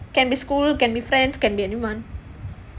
can be school can be friends can be anyone